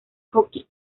hockey